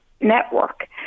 Network